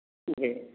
जी